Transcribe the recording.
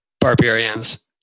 barbarians